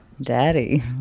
daddy